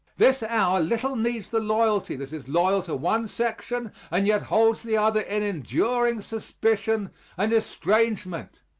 this hour little needs the loyalty that is loyal to one section and yet holds the other in enduring suspicion and estrangement.